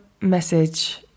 message